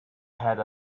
had